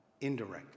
indirectly